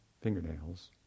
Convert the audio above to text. fingernails